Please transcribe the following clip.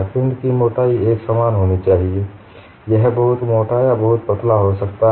पिंड की मोटाई एकसमान होनी चाहिए यह बहुत मोटा या बहुत पतला हो सकता है